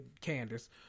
Candace